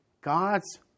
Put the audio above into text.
God's